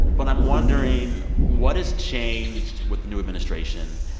but i'm wondering, what has changed with the new administration?